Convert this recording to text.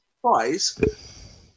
price